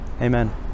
Amen